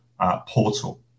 portal